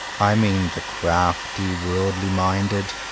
i mean the crafty, worldly-minded,